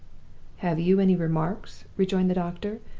have you any remarks, rejoined the doctor,